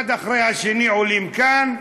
אחד אחרי השני עולים כאן.